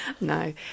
No